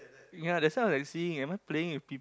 ya that's why I'm like seeing am I playing with people